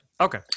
okay